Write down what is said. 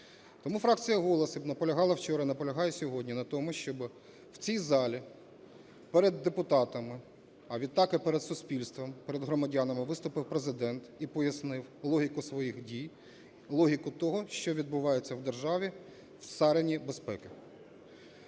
Тому фракція "Голос" наполягала вчора, наполягає сьогодні на тому, щоб в цій залі перед депутатами, а відтак і перед суспільством, перед громадянами, виступив Президент і пояснив логіку своїх дій, логіку того, що відбувається в державі в царині безпеки.